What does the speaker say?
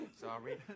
Sorry